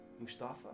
Mustafa